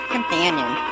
Companion